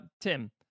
Tim